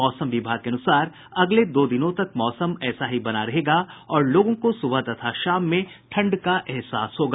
मौसम विभाग के अनुसार अगले दो दिनों तक मौसम ऐसा ही बना रहेगा और लोगों को सुबह तथा शाम में ठंड का एहसास होगा